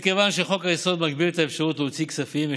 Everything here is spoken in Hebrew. מכיוון שחוק-היסוד מגביל את האפשרות להוציא כספים,